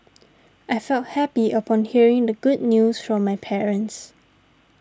I felt happy upon hearing the good news from my parents